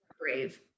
brave